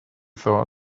thought